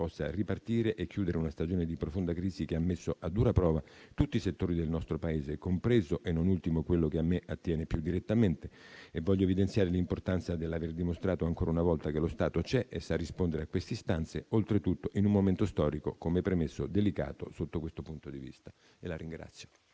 possa ripartire e chiudere una stagione di profonda crisi che ha messo a dura prova tutti i settori del nostro Paese, compreso e non ultimo quello che a me attiene più direttamente e voglio evidenziare l'importanza dell'aver dimostrato, ancora una volta, che lo Stato c'è e sa rispondere a queste istanze, oltretutto in un momento storico, come premesso, delicato sotto questo punto di vista.